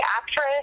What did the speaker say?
actress